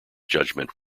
judgment